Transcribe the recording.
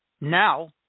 now